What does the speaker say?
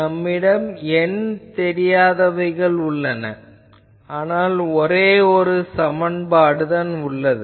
நம்மிடம் N தெரியாதவைகள் உள்ளன ஆனால் ஒரேயொரு சமன்பாடுதான் உள்ளது